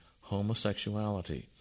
homosexuality